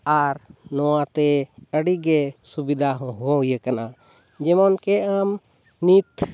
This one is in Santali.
ᱟᱨ ᱱᱚᱣᱟ ᱛᱮ ᱟᱹᱰᱤ ᱜᱮ ᱥᱩᱵᱤᱫᱷᱟ ᱦᱚᱸ ᱦᱩᱭ ᱟᱠᱟᱱᱟ ᱡᱮᱢᱚᱱ ᱠᱤ ᱟᱢ ᱱᱤᱛ